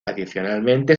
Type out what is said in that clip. adicionalmente